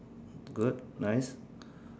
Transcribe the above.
good nice